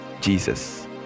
jesus